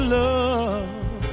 love